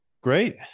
Great